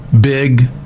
big